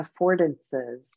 affordances